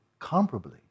comparably